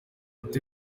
gutera